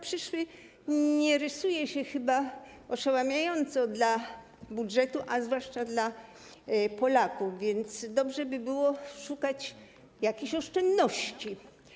Przyszły rok nie rysuje się chyba oszałamiająco dla budżetu, a zwłaszcza dla Polaków, więc dobrze by było szukać jakichś oszczędności.